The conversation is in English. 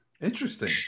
Interesting